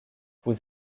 vous